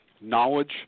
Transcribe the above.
knowledge